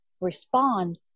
respond